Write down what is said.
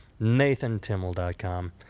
NathanTimmel.com